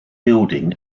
building